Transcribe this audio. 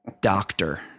doctor